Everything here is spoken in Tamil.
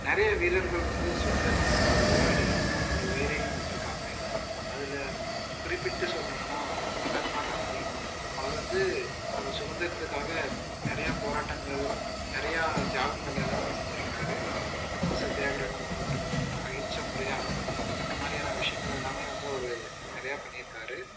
நிறைய வீரர்கள் வந்து சுதந்திரத்திற்காக போராடி அவங்களோட உயிரையும் விட்டிருக்காங்க அதில் குறிப்பிட்டு சொல்லணுன்னால் மகாத்மா காந்தி அவரு வந்து அவங்க சுதந்திரத்திற்காக நிறையா போராட்டங்கள் நிறையா தியாகங்கள் எல்லாமே செஞ்சிருக்கார் உப்பு சத்தியாகிரகமாகட்டும் அகிம்சை முறையாகட்டும் இந்தமாதிரியான விஷயங்கள் எல்லாமே அவர் நிறையா பண்ணியிருக்காரு